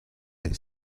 del